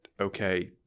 okay